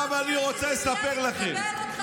עכשיו אני רוצה לספר לכם.